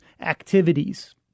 activities